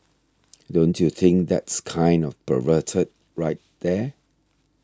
don't you think that's kind of perverted right there